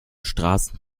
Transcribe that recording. straßen